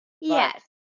Yes